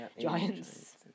Giants